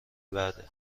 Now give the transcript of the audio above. بعده